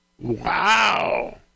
Wow